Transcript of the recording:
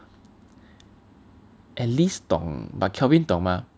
at least 懂 but Kelvin 懂吗